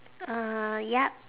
uh yup